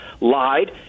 lied